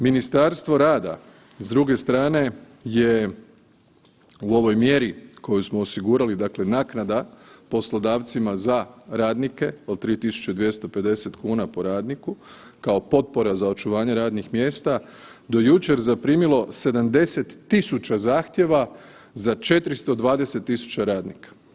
Ministarstvo rada s druge strane je u ovoj mjeri koju smo osigurali, dakle naknada poslodavcima za radnike po 3.250,00 kn po radniku kao potpora za očuvanje radnih mjesta do jučer zaprimilo 70 000 zahtjeva za 420 000 radnika.